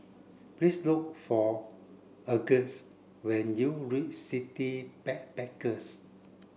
please look for Auguste when you reach City Backpackers